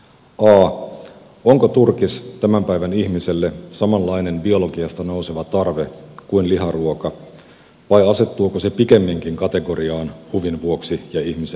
a onko turkis tämän päivän ihmiselle samanlainen biologiasta nouseva tarve kuin liharuoka vai asettuuko se pikemminkin kategoriaan huvin vuoksi ja ihmisen iloksi